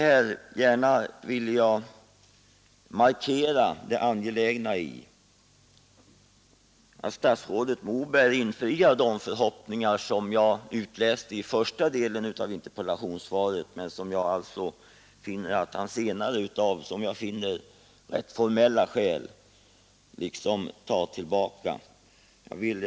Till slut vill jag markera det angelägna i att statsrådet Moberg infriar de förhoppningar som han väckte i början av interpellationssvaret, även om han sedan av rätt formella skäl tycks vilja ta tillbaka vad han först sade.